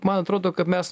man atrodo kad mes